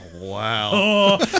wow